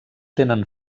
tenen